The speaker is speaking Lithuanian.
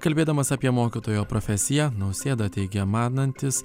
kalbėdamas apie mokytojo profesiją nausėda teigė manantis